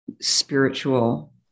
spiritual